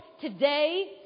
today